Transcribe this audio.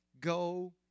Go